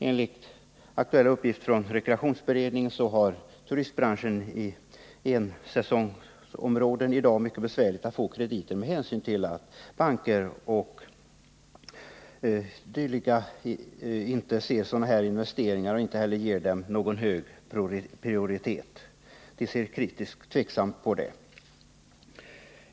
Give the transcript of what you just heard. Enligt aktuella uppgifter från rekreationsberedningen har turistbranschen i ensäsongsområden i dag det mycket besvärligt att få krediter på grund av att banker och dylika inrättningar inte ser sådana här investeringar som värdefulla och inte heller ger dem någon hög prioritet. De ser kritiskt och tveksamt på projekten.